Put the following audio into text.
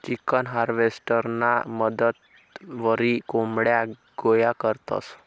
chicken हार्वेस्टरना मदतवरी कोंबड्या गोया करतंस